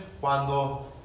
cuando